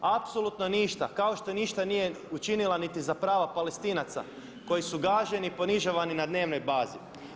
Apsolutno ništa kao što ništa nije učinila niti za prava Palestinaca koji su gaženi i ponižavani na dnevnoj bazi.